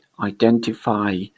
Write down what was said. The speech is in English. identify